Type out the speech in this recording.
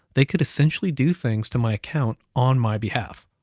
they could essentially do things to my account on my behalf,